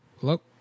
hello